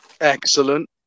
Excellent